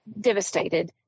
devastated